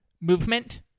movement